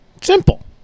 Simple